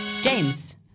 James